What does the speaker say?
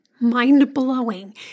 mind-blowing